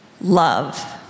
love